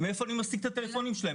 מאיפה אני משיג את הטלפונים שלהם?